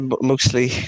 mostly